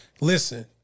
Listen